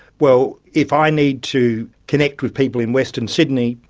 well, if i need to connect with people in western sydney,